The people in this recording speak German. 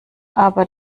aber